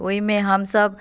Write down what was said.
ओहिमे हमसब